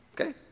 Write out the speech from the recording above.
Okay